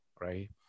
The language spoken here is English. Right